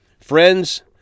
Friends